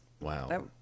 wow